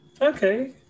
Okay